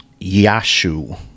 Yashu